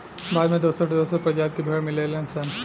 भारत में दोसर दोसर प्रजाति के भेड़ मिलेलन सन